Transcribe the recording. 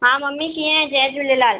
हा मम्मी कीअं आहे जय झूलेलाल